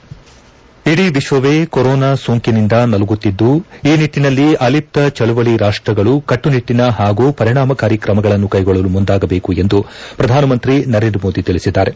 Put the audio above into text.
head ಇಡೀ ವಿಶ್ವವೇ corona ಸೋಂಕಿನಿಂದ ನಲುಗುತ್ತಿದ್ದು ಈ ನಿಟ್ಟಿನಲ್ಲಿ ಆಲಿಪ್ತ ಚಳವಳಿ ರಾಷ್ಷಗಳು ಕಟ್ಟುನಿಟ್ಟಿನ ಹಾಗೂ ಪರಿಣಾಮಕಾರಿ ಕ್ರಮಗಳನ್ನು ಕೈಗೊಳ್ಳಲು ಮುಂದಾಗಬೇಕು ಎಂದು ಪ್ರಧಾನಮಂತ್ರಿ ನರೇಂದ್ರ ಮೋದಿ ತಿಳಿಸಿದ್ದಾರೆ